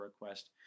request